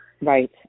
right